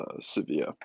Sevilla